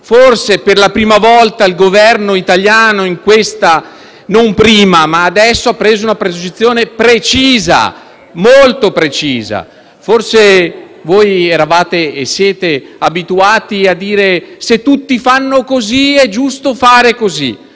forse per la prima volta il Governo italiano, non prima ma adesso, ha preso una posizione molto precisa. Forse voi eravate e siete abituati a dire: «se tutti fanno così, è giusto fare così».